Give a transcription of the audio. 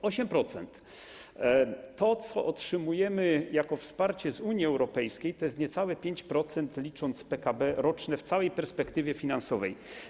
To, co otrzymujemy jako wsparcie z Unii Europejskiej, to jest niecałe 5%, licząc PKB roczne w całej perspektywie finansowej.